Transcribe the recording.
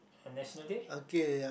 on National Day